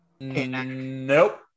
Nope